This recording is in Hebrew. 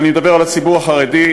ואני מדבר על הציבור החרדי,